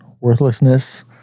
worthlessness